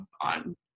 on